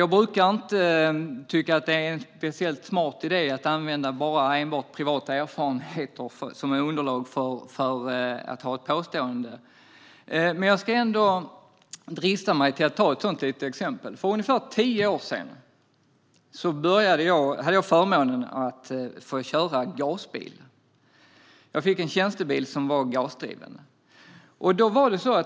Jag brukar inte tycka att det är en speciellt smart idé att använda enbart privata erfarenheter som underlag till ett påstående, men jag ska ändå drista mig till att ta upp ett sådant exempel. För ungefär tio år sedan hade jag förmånen att köra gasbil. Jag fick en tjänstebil som var gasdriven.